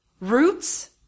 Roots